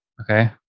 Okay